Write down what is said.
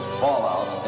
fallout